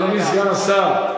קודם, אדוני סגן השר.